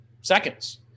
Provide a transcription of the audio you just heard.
seconds